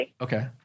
Okay